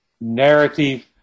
narrative